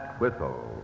whistle